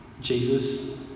Jesus